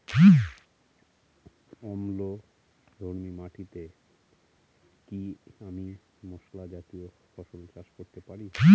অম্লধর্মী মাটিতে কি আমি মশলা জাতীয় ফসল চাষ করতে পারি?